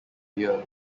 india